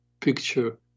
picture